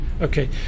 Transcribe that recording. Okay